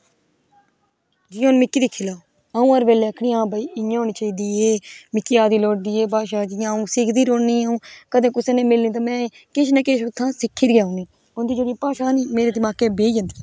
जियां हून मिकी दिक्खी लेऔ आंऊ हर वेल्ले आक्खनी होन्नी हां भाई इयां होनी चाहिदी ए मिकी ओनी लोड़चदी ऐ बाशा सिक्खनी रौहनी आंऊ कंदे कुसे ने मिलने ते किश किश ना उत्थु सिक्खी गा औनी उंदी जेहड़ी भाशा नेई मेरे दिमाके च बेही जंदी अगर कुसे